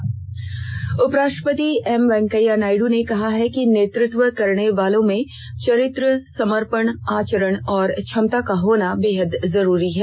उपराष्ट्रपति उपराष्ट्रपति एम वेंकैया नायडू ने कहा है कि नेतृत्व करने वाले में चरित्र समर्पण आचरण और क्षमता का होना बेहद जरूरी है